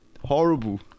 Horrible